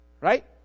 Right